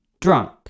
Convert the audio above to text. Drunk